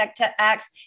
acts